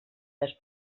les